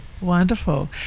wonderful